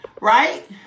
right